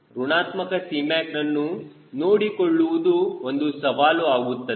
ಋಣಾತ್ಮಕ Cmacನನ್ನು ನೋಡಿಕೊಳ್ಳುವುದು ಒಂದು ಸವಾಲು ಆಗುತ್ತದೆ